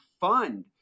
fund